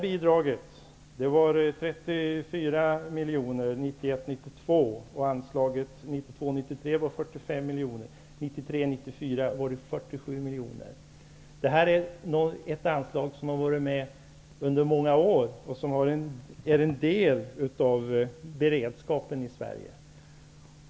Bidraget var 34 miljoner 1991 93 och är 47 miljoner för 1993/94. Det här är ett anslag som har varit med under många år och som är en del av beredskapen i Sverige.